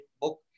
book